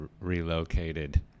relocated